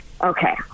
Okay